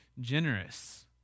generous